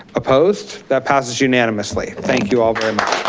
opposed, that passes unanimously. thank you all very much.